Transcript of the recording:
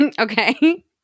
Okay